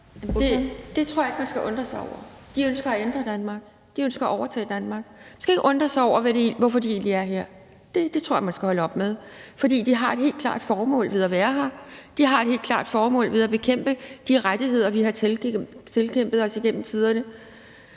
Det tror jeg ikke man skal undre sig over. De ønsker at ændre Danmark. De ønsker at overtage Danmark. Man skal ikke undre sig over, hvorfor de egentlig er her. Det tror jeg man skal holde op med, for de har et helt klart formål med at være her. De har et helt klart formål, nemlig at bekæmpe de rettigheder, vi har tilkæmpet os igennem tiderne.